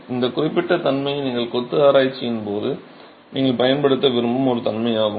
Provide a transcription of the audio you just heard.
எனவே இந்த குறிப்பிட்ட தன்மை நீங்கள் கொத்து ஆராய்ச்சியின் போது நீங்கள் பயன்படுத்த விரும்பும் ஒரு தன்மை ஆகும்